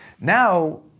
Now